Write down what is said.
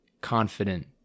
confident